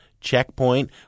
checkpoint